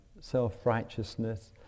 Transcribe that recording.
self-righteousness